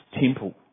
temple